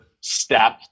step